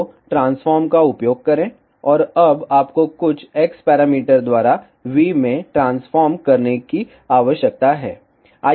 तो ट्रांसफार्म का उपयोग करें और अब आपको कुछ x पैरामीटर द्वारा V में ट्रांसफॉर्म करने की आवश्यकता है